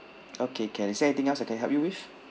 okay can is there anything else I can help you with